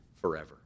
forever